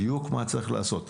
בדיוק מה שצריך לעשות.